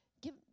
Give